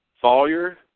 Sawyer